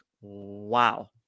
Wow